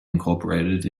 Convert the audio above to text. incorporated